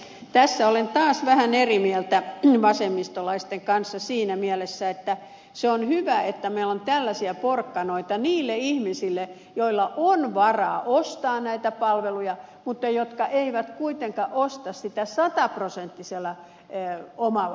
tässä olen taas vähän eri mieltä vasemmistolaisten kanssa siinä mielessä että se on hyvä että meillä on tällaisia porkkanoita niille ihmisille joilla on varaa ostaa näitä palveluja mutta jotka eivät kuitenkaan osta niitä sataprosenttisella omavastuulla